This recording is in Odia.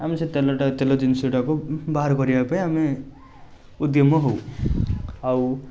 ଆମେ ସେ ତେଲଟା ତେଲ ଜିନିଷଟାକୁ ବାହାର କରିବାପାଇଁ ଆମେ ଉଦ୍ୟମ ହେଉ ଆଉ